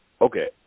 Okay